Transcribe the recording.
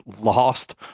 lost